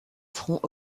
front